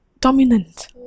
dominant